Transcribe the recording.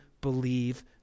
believe